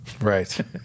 right